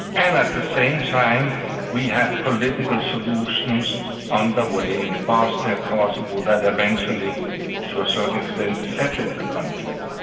and at the same time we have political solutions underway in bosnia, kosovo, that eventually to a certain extent settled the conflict.